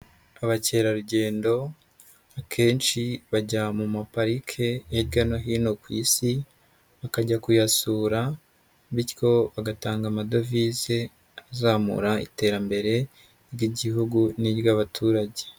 Abakerarugendo akenshi bajya mu mapariki hirya no hino ku isi bakajya kuyasura bityo bagatanga amadovize azamura iterambere ry'Igihugu n'iry'abaturage.